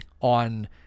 on